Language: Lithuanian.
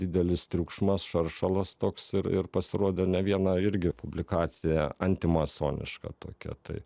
didelis triukšmas šaršalas toks ir ir pasirodė ne viena irgi publikacija antimasoniška tokia tai